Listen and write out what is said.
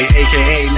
aka